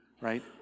right